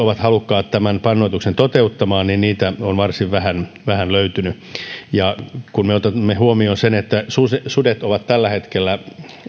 ovat halukkaita tämän pannoituksen toteuttamaan niin niitä on varsin vähän vähän löytynyt kun otamme huomioon sen että sudet ovat tällä hetkellä